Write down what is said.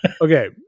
Okay